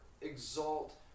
exalt